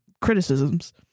criticisms